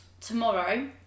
tomorrow